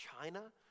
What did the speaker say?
China